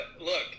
look